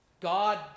God